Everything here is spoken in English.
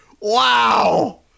Wow